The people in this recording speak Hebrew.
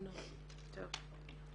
טוב.